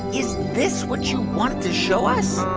is this what you want show us?